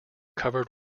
covered